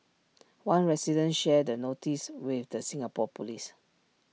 one resident shared the notice with the Singapore Police